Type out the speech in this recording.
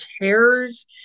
tears